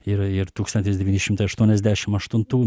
ir ir tūkstantis devyni šimtai aštuoniasdešimt aštuntų